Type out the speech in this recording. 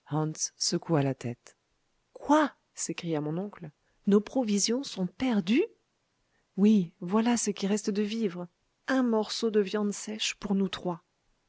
hans secoua la tête quoi s'écria mon oncle nos provisions sont perdues oui voilà ce qui reste de vivres un morceau de viande sèche pour nous trois